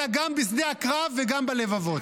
אלא גם בשדה הקרב וגם בלבבות.